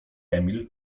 emil